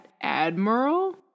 Admiral